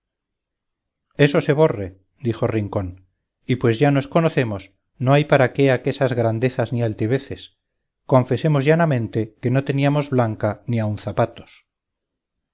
eso se borre dijo rincón y pues ya nos conocemos no hay para qué aquesas grandezas ni altiveces confesemos llanamente que no teníamos blanca ni aun zapatos